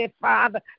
Father